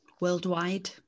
worldwide